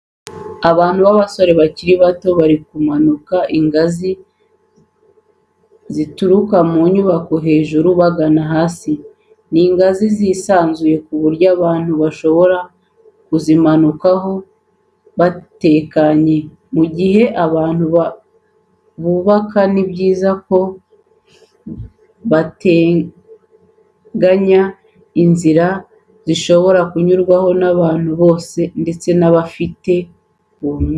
Abantu b'abasore bakiri bato bari kumanuka ku ngazi zituruka mu nyubako yo hejuru bagana hasi, ni ingazi zisanzuye ku buryo abantu bashobora kuzimanukaho batekanye. Mu gihe abantu bubaka ni byiza ko bateganya inzira zishobora kunyurwaho n'abantu bose ndetse n'abafite ubumuga.